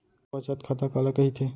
बचत खाता काला कहिथे?